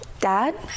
Dad